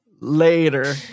later